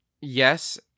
yes